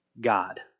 God